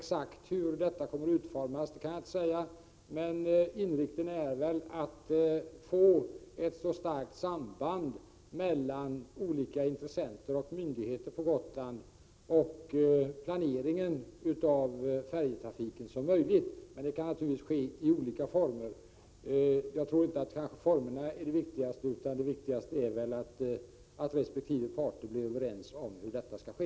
Exakt hur detta råd kommer att utformas kan jag inte säga, men inriktningen är att det skall vara ett så starkt samband som möjligt mellan olika intressenter och myndigheter på Gotland och planeringen av färjetrafiken, som naturligtvis kan ske i olika former. Formerna är inte det viktigaste, utan det är att resp. parter kommer överens om hur detta skall ske.